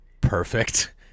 perfect